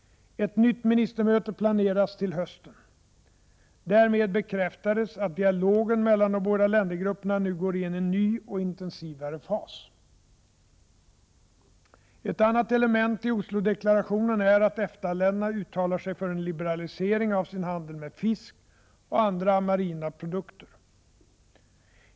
Ett nytt ministermöte planeras till hösten. Därmed bekräftades att dialogen mellan de båda ländergrupperna nu går in i en ny och intensivare fas. Ett annat element i Oslodeklarationen är att EFTA-länderna uttalar sig för en liberalisering av sin handel med fisk och andra marina produkter.